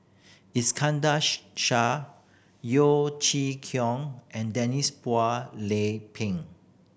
Iskandar Shah Yeo Chee Kiong and Denise Phua Lay Peng